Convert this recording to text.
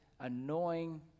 annoying